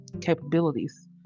capabilities